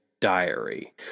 diary